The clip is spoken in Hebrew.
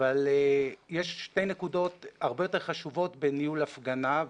אבל יש שתי נקודות הרבה יותר חשובות בניהול הפגנה,